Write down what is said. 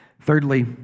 Thirdly